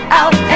out